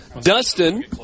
Dustin